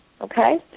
okay